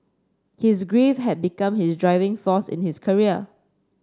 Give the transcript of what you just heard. his grief had become his driving force in his career